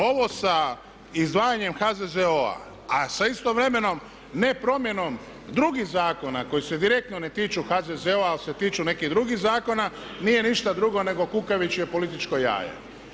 Ovo sa izdvajanjem HZZO-a a sa istovremenom ne promjenom drugih zakona koji se direktno ne tiču HZZO-a, ali se tiču nekih drugih zakona nije ništa drugo nego kukavičje političko jaje.